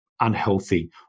unhealthy